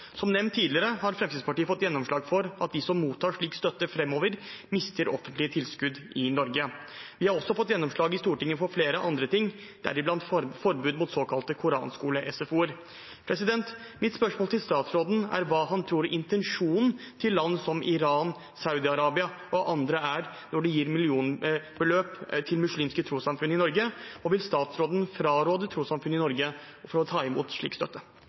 Som nevnt tidligere har Fremskrittspartiet fått gjennomslag for at de som mottar slik støtte fremover, mister offentlige tilskudd i Norge. Vi har også fått gjennomslag i Stortinget for flere andre ting, deriblant forbud mot såkalte koranskole-SFO-er. Mitt spørsmål til statsråden er hva han tror intensjonen til land som Iran, Saudi-Arabia og andre er når de gir millionbeløp til muslimske trossamfunn i Norge. Vil statsråden fraråde trossamfunn i Norge å ta imot slik støtte?